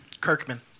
Kirkman